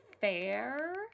Fair